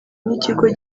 n’ikigo